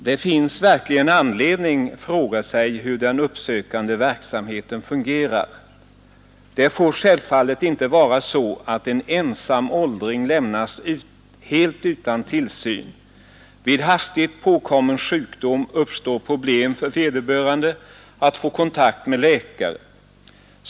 Det finns verkligen anledning att fråga sig hur den uppsökande verksamheten fungerar. Det får självfallet inte vara så att en ensam åldring lämnas helt utan tillsyn. Vid hastig påkommen sjukdom uppstår problem för vederbörande att få kontakt med läkare.